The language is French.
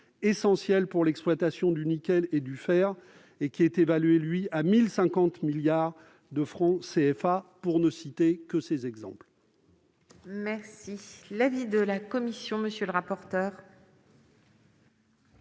essentiel pour l'exploitation du nickel et du fer, et qui est évalué à 1 050 milliards de francs CFA, pour ne citer que ces exemples. Quel est l'avis de la commission ? Les auteurs